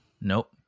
Nope